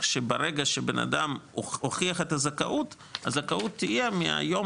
שברגע שבן אדם הוכיח את הזכאות אז הזכאות תהיה מהיום